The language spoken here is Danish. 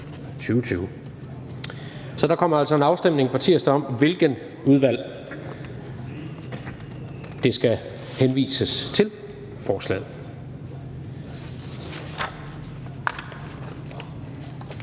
Så der kommer altså en afstemning på tirsdag om, hvilket udvalg forslaget skal henvises til.